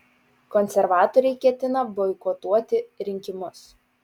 konservatoriai ketina boikotuoti rinkimus